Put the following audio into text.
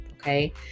Okay